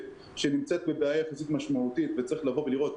שנמצאת בבעיה כזאת משמעותית וצריך לבוא ולראות,